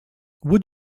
would